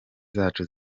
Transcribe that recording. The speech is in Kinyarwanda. zacu